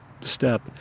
step